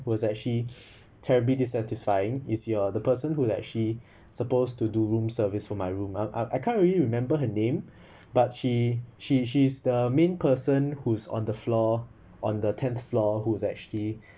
was actually terribly dissatisfying is you're the person who like actually supposed to do room service from my room I I can't really remember her name but she she she's the main person who's on the floor on the tenth floor who is like actually